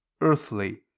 earthly